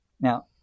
Now